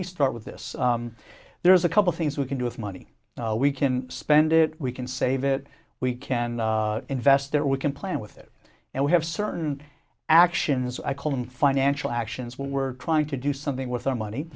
me start with this there is a couple things we can do with money we can spend it we can save it we can invest there we can plan with it and we have certain actions i call them financial actions when we're trying to do something with our money